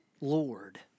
Lord